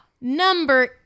Number